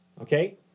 okay